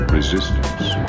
Resistance